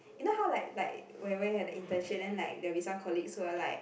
you know how like like when when we had the internship then like there will be some colleagues who will like